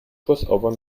crossover